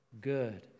good